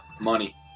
Money